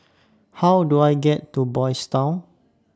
How Do I get to Boys' Town